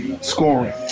scoring